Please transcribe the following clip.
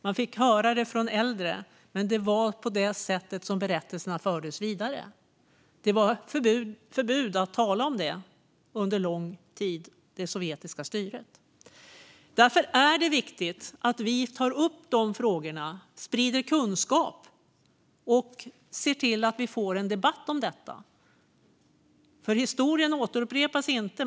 Man fick höra det från äldre. Det var på det sättet som berättelserna fördes vidare. Det var förbud mot att tala om det under lång tid under det sovjetiska styret. Därför är det viktigt att vi tar upp de frågorna, sprider kunskap och ser till att vi får en debatt om detta. Historien återupprepas inte.